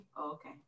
Okay